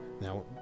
now